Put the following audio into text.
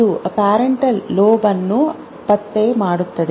ಇದು parietal lobe ಅನ್ನು ಪತ್ತೆ ಮಾಡುತ್ತದೆ